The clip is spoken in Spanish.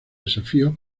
desafíos